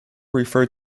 refer